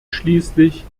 schließlich